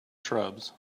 shrubs